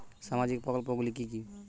সামাজিক প্রকল্পগুলি কি কি?